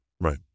Right